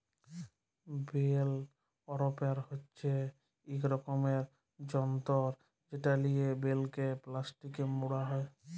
bell wrapper হছে ইক রকমের যল্তর যেট লিয়ে বেলকে পেলাস্টিকে মুড়া হ্যয়